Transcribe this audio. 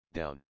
down